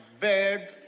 bed